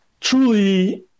truly